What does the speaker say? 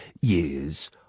years